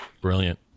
Brilliant